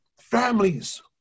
families